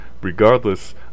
regardless